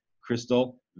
Crystal